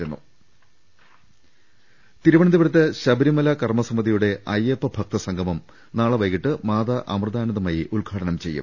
രുട്ട്ട്ട്ട്ട്ട്ട്ട തിരുവനന്തപുരത്ത് ശബരിമല കർമ്മസമിതിയുടെ അയ്യപ്പഭക്തസംഗമം നാളെ വൈകീട്ട് മാതാ അമൃതാനന്ദമയി ഉദ്ഘാടനം ചെയ്യും